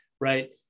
right